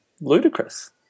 ludicrous